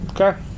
Okay